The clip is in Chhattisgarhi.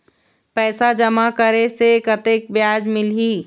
पैसा जमा करे से कतेक ब्याज मिलही?